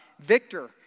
Victor